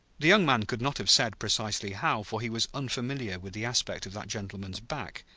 the young man could not have said precisely how, for he was unfamiliar with the aspect of that gentleman's back.